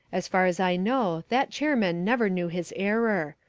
as far as i know that chairman never knew his error.